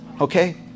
okay